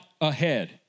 ahead